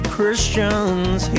Christians